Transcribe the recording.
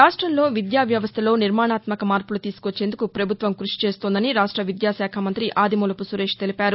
రాష్ట్రంలో విద్యా వ్యవస్లలో నిర్మాణాత్మక మార్పులు తీసుకొచ్చేందుకు పభుత్వం క్పషి చేస్తోందని రాష్ట విద్యాశాఖ మంతి ఆదిమూలపు సురేష్ తెలిపారు